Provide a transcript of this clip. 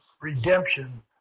redemption